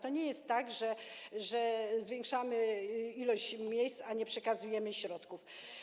To nie jest tak, że zwiększamy liczbę miejsc, a nie przekazujemy środków.